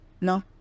No